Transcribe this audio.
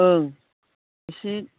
ओं एसे